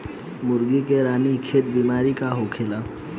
मुर्गी में रानीखेत बिमारी का होखेला?